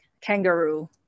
kangaroo